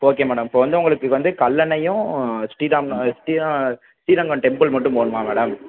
okay madam இப்போ வந்து உங்களுக்கு வந்து கல்லணையும் ஸ்ரீராம் நகர் ஸ்ரீர ஸ்ரீரங்கம் டெம்பிள் மட்டும் போகணுமா மேடம்